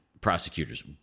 prosecutors